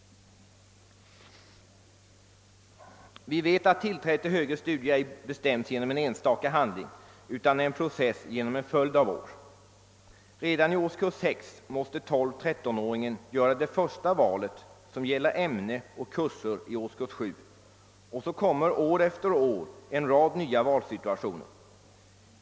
Vi vet att tillträdet till högre studier ej bestäms genom en enstaka handling utan är en process genom en följd av år. Redan i årskurs 6 måste 12—13 åringen göra det första valet, som gäller ämne och kurser i årskurs 7, och så kommer år efter år en rad nya valsituationer.